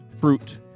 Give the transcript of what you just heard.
fruit